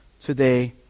today